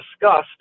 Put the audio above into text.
discussed